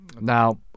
Now